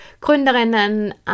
Gründerinnen